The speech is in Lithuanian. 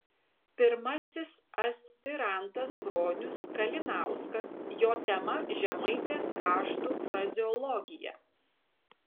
pirmasis aspirantas bronius kalinauskas jo tema žemaitės raštų frazeologija